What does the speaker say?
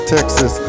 Texas